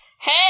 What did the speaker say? Hey